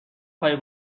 پای